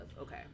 Okay